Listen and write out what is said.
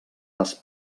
les